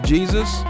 Jesus